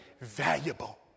valuable